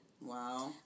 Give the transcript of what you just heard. Wow